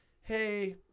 hey